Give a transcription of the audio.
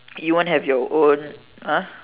you want to have your own !huh!